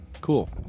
Cool